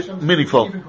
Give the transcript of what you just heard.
meaningful